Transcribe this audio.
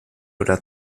oder